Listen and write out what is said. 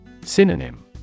Synonym